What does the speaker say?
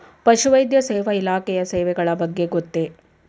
ಪಶುವೈದ್ಯ ಸೇವಾ ಇಲಾಖೆಯ ಸೇವೆಗಳ ಬಗ್ಗೆ ಗೊತ್ತೇ?